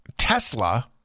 Tesla